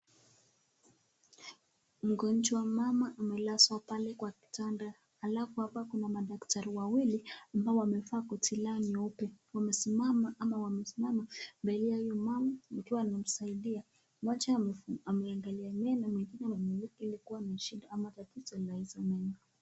Mgonjwa mama amelazwa pale kwa kitanda halafu hapa kuna madaktari wawili ambao wamevaa koti lao nyeupe. Wamesimama ama wamesimama mbele ya huyo mama wakiwa wanamsaidia. Mmoja amefu ameangalia meno inaonekana meno yake ilikua na shida ama tatizo la hizo moeno.